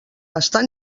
gastar